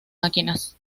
máquinas